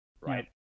right